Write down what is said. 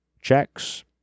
checks